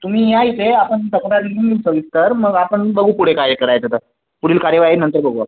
तुम्ही या इथे आपण तक्रार लिहून सविस्तर मग आपण बघू पुढे काय करायचं तर पुढील कार्यवाही नंतर बघू आपण